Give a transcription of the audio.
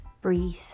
breathe